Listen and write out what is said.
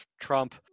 Trump